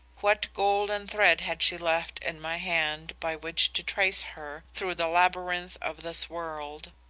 what golden thread had she left in my hand by which to trace her through the labyrinth of this world?